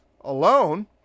alone